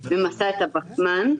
ממסה את הפחמן.